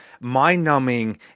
mind-numbing